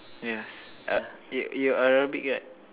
yes uh you you're Arabic right